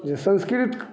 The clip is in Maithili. जे संस्कृत